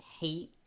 hate